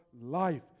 life